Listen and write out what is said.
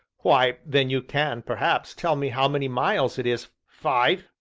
why, then you can, perhaps, tell me how many miles it is five,